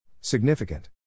Significant